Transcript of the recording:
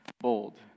Bold